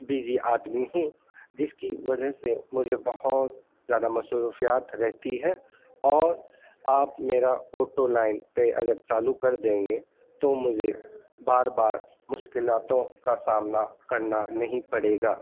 busy آدمی ہوں جس کی وجہ سے مجھے بہت زیادہ مصروفیات رہتی ہے اور آپ میرا آٹو لائن پہ اگر چالو کر دیں گے تو مجھے بار بار مشکلات کا سامنا کرنا نہیں پڑے گا